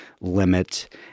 limit